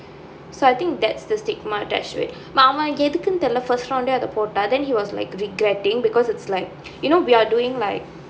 so I think that's the stigma attached to it எதுக்குன்னு தெரில:ethukkunnu therila first round அத போட்டா:atha pottaa then he was like regretting because it's like you know we are doing like